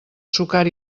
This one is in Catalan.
sucar